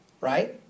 right